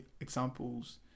examples